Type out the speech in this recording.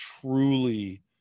truly